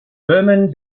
berman